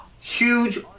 huge